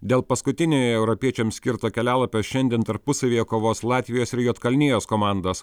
dėl paskutiniojo europiečiams skirto kelialapio šiandien tarpusavyje kovos latvijos ir juodkalnijos komandos